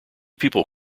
people